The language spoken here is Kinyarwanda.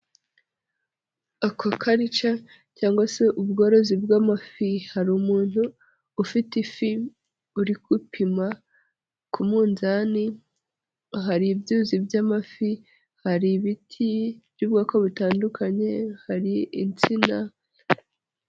Aquaculture cyangwa se ubworozi bw'amafi hari umuntu ufite ifi uri gupima ku munzani, hari ibyuzi by'amafi, hari ibiti by'ubwoko butandukanye hari insina.